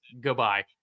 goodbye